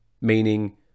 Meaning